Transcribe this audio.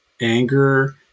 anger